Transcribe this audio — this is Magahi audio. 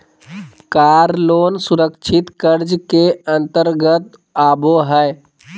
कार लोन सुरक्षित कर्ज के अंतर्गत आबो हय